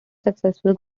successful